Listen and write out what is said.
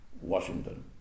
Washington